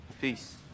Peace